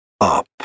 Up